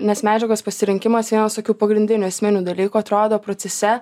nes medžiagos pasirinkimas vienas tokių pagrindinių esminių dalykų atrodo procese